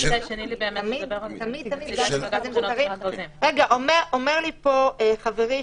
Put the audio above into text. אומר לי פה חברי,